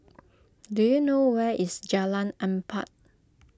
do you know where is Jalan Empat